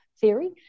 theory